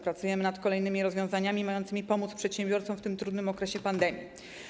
Pracujemy nad kolejnymi rozwiązaniami mającymi pomóc przedsiębiorcom w tym trudnym okresie pandemii.